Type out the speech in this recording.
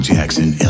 Jackson